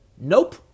Nope